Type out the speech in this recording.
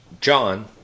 John